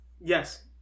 Yes